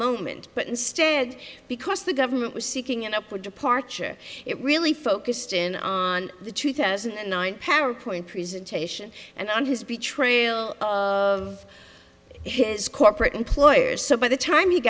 moment but instead because the government was seeking an upward departure it really focused in on the two thousand and nine parikh point presentation and on his betrayal of his corporate employer so by the time he